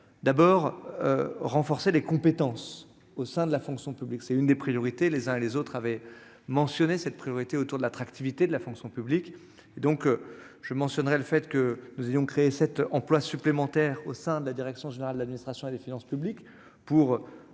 d'abord renforcer les compétences au sein de la fonction publique, c'est une des priorités, les uns et les autres avaient mentionné cette priorité autour de l'attractivité de la fonction publique, donc je ne mentionnerait le fait que nous ayons créé 7 emplois supplémentaires au sein de la direction générale de l'administration et les finances publiques pour